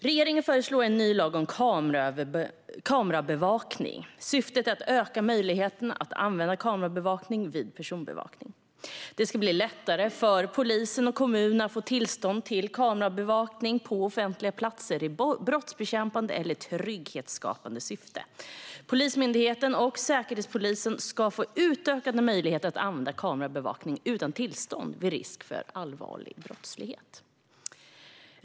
Regeringen föreslår en ny lag om kamerabevakning. Syftet är att öka möjligheterna att använda kamerabevakning vid personbevakning. Det ska bli lättare för polisen och kommuner att få tillstånd till kamerabevakning på offentliga platser i brottsbekämpande eller trygghetsskapande syften. Polismyndigheten och Säkerhetspolisen ska få utökade möjligheter att använda kamerabevakning utan tillstånd vid risk för allvarlig brottslighet.